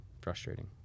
frustrating